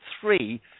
three